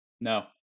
No